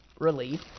relief